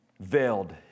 veiled